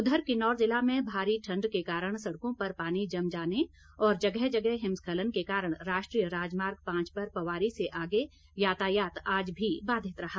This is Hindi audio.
उधर किन्नौर जिला में भारी ठण्ड के कारण सड़कों पर पानी जम जाने और जगह जगह हिमस्खलन के कारण राष्ट्रीय राजमार्ग पांच पर पवारी से आगे यातायात आज भी बाधित रहा